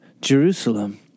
Jerusalem